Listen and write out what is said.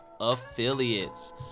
affiliates